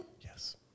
Yes